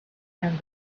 and